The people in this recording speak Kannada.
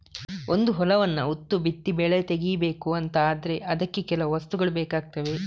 ಒಂದು ಹೊಲವನ್ನ ಉತ್ತು ಬಿತ್ತಿ ಬೆಳೆ ತೆಗೀಬೇಕು ಅಂತ ಆದ್ರೆ ಅದಕ್ಕೆ ಕೆಲವು ವಸ್ತುಗಳು ಬೇಕಾಗ್ತವೆ